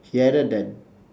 he added that